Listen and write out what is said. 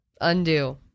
Undo